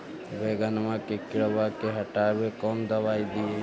बैगनमा के किड़बा के हटाबे कौन दवाई दीए?